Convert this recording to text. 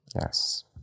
Yes